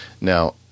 Now